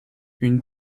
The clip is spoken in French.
une